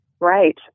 Right